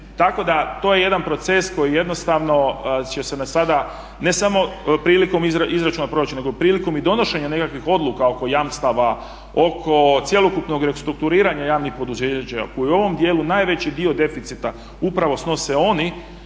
tako da to je jedan proces koji jednostavno će se sada, ne samo prilikom izračuna proračuna nego i prilikom donošenja nekakvih odluka oko jamstava, oko cjelokupnog restrukturiranja javnih poduzeća koji je u ovom dijelu najveći dio deficita upravo snose oni.